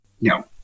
No